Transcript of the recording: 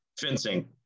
Fencing